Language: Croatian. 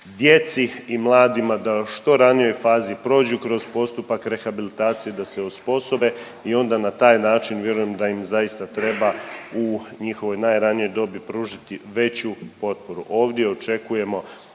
djeci i mladima da u što ranijoj fazi prođu kroz postupak rehabilitacije, da se osposobe i onda na taj vjerujem da im zaista treba u njihovoj najranijoj dobi pružiti veću potporu. Ovdje očekujemo